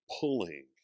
pulling